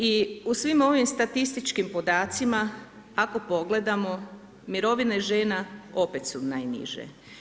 I u svim ovim statističkim podacima, ako pogledamo, mirovina žena opet su najniže.